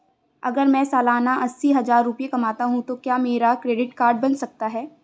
अगर मैं सालाना अस्सी हज़ार रुपये कमाता हूं तो क्या मेरा क्रेडिट कार्ड बन सकता है?